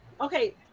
okay